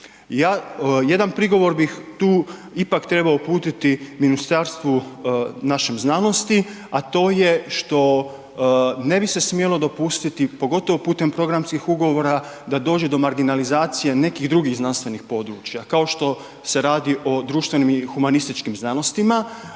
jedan prigovor bih tu ipak trebao uputiti Ministarstvu našem znanosti, a to je što ne bi se smjelo dopustiti, pogotovo putem programskih ugovora, da dođe do marginalizacije nekih drugih znanstvenih područja, kao što se radi o društvenim i humanističkim znanostima.